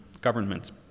government's